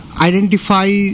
identify